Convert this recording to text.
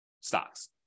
stocks